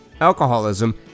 alcoholism